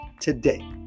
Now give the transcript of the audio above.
today